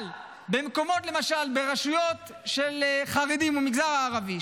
אבל למשל ברשויות של חרדים והמגזר הערבי,